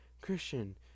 Christian